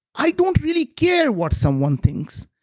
i don't really care what someone thinks,